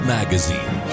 Magazine